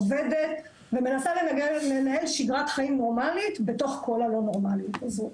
עובדת ומנסה לנהל שגרת חיים נורמלית בתוך כל הלא נורמליות הזו.